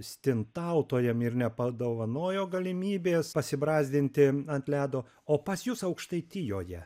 stintautojam ir nepadovanojo galimybės pasibrazdinti ant ledo o pas jus aukštaitijoje